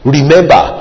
Remember